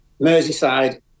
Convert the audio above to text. Merseyside